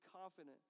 confident